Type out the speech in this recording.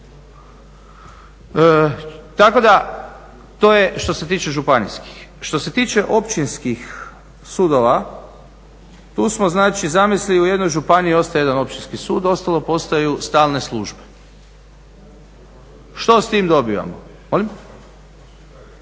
Tako da to je što se tiče županijskih. Što se tiče općinskih sudova, tu smo zamislili ostaje u jednoj županiji ostaje jedan općinski sud, ostalo postaju stalne službe. Što s tim dobivamo? Dobivamo